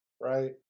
right